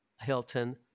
Hilton